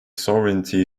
sovereignty